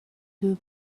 doe